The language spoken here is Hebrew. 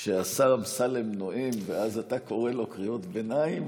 שהשר אמסלם נואם ואז אתה קורא לו קריאות ביניים,